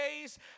days